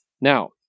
now